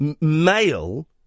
male